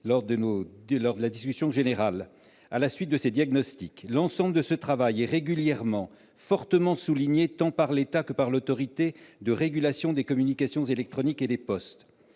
des investissements considérables à la suite de ces diagnostics. L'ensemble de ce travail est régulièrement et fortement souligné, tant par l'État que par l'Autorité de régulation des communications électroniques et des postes.